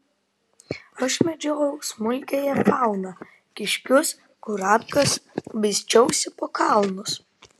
aš medžiojau smulkiąją fauną kiškius kurapkas basčiausi po kalnus